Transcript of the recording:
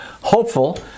hopeful